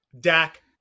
Dak